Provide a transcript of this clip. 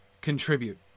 contribute